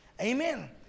Amen